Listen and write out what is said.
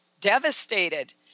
devastated